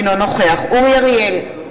אינו נוכח אורי אריאל,